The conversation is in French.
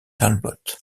talbot